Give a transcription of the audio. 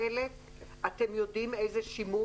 אתם יודעים איזה שימוש?